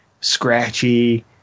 scratchy